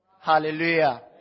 Hallelujah